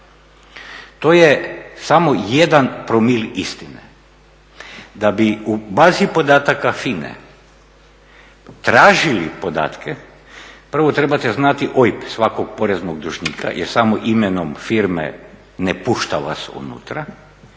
To je samo jedan promil istine. Da bi u bazi podataka FINA-e tražili podatke, prvo trebate znati OIB svakog poreznog dužnika jer samo imenom firme ne pušta vas unutra.